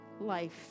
life